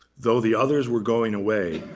though the others were going away,